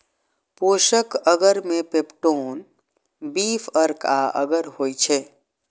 पोषक अगर मे peptone, beef अर्क आ अगर होइ छै